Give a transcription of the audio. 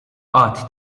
qatt